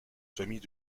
famille